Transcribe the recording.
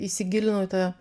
įsigilinau į tą